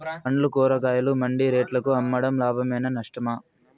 పండ్లు కూరగాయలు మండి రేట్లకు అమ్మడం లాభమేనా నష్టమా?